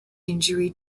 injury